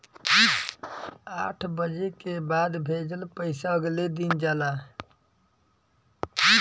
आठ बजे के बाद भेजल पइसा अगले दिन जाला